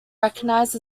recognised